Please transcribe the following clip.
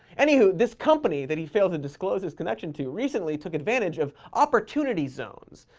anyhoo, this company that he failed to disclose his connection to recently took advantage of opportunity zones,